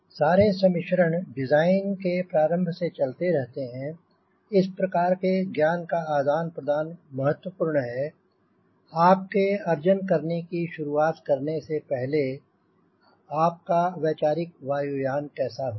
सारे सम्मिश्रण डिज़ाइन के प्रारंभ से चलते रहते हैं और इस प्रकार के ज्ञान का आदान प्रदान महत्वपूर्ण है आपके अर्जन करने की शुरुआत से पहले कि आपका वैचारिक वायुयान कैसे होगा